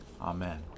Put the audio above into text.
Amen